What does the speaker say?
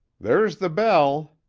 there's the bell.